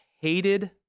hated